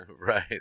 Right